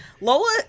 Lola